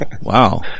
wow